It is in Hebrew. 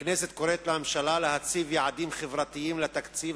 הכנסת קוראת לממשלה להציב יעדים חברתיים לתקציב,